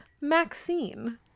Maxine